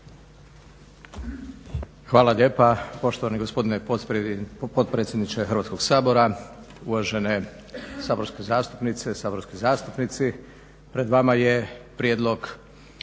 Hvala lijepa poštovani gospodine potpredsjedniče Hrvatskoga sabora, uvažene saborske zastupnice, saborski zastupnici. Pred vama je Prijedlog